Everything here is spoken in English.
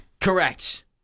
Correct